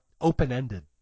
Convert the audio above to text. open-ended